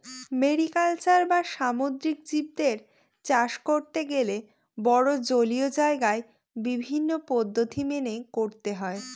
mariculture বা সামুদ্রিক জীবদের চাষ করতে গেলে বড়ো জলীয় জায়গায় বিভিন্ন পদ্ধতি মেনে করতে হয়